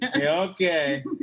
Okay